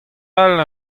all